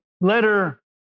letter